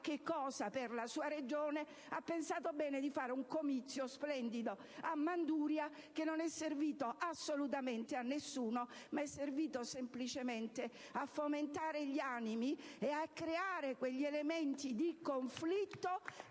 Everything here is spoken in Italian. qualcosa per la sua regione, ha pensato bene di fare un comizio splendido a Manduria, che non è servito assolutamente a nessuno, ma semplicemente a fomentare gli animi e a creare quegli elementi di conflitto